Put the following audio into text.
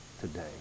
today